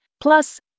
plus